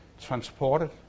transported